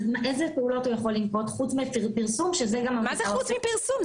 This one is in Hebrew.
אז איזה פעולות הוא יכול לנקוט חוץ מפרסום --- מה זה חוץ מפרסום?